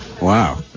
Wow